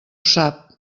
sap